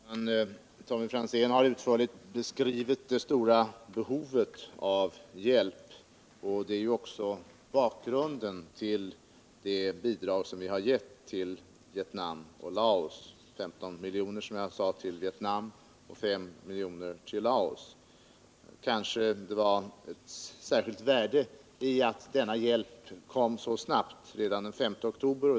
Herr talman! Tommy Franzén har utförligt beskrivit det stora behovet av hjälp, och det är också bakgrunden till de bidrag som vi har givit till Vietnam och Laos — 15 miljoner till Vietnam och 5 miljoner till Laos. Kanske var det av särskilt värde att denna hjälp kom så snart som redan den 5 oktober.